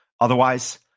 Otherwise